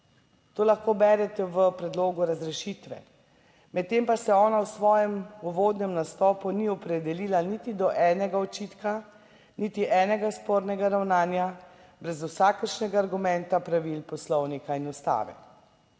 To lahko berete v predlogu razrešitve. Medtem pa se ona v svojem uvodnem nastopu ni opredelila niti do enega očitka, niti enega spornega ravnanja, brez vsakršnega argumenta, pravil, Poslovnika in Ustave.